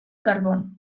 carbón